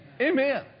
Amen